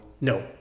No